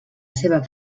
seva